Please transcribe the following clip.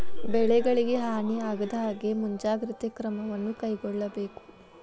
ಬೆಳೆಗಳಿಗೆ ಹಾನಿ ಆಗದಹಾಗೆ ಮುಂಜಾಗ್ರತೆ ಕ್ರಮವನ್ನು ಕೈಗೊಳ್ಳಬೇಕು